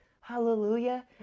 Hallelujah